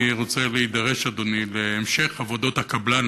אני רוצה להידרש, אדוני, להמשך עבודות הקבלן,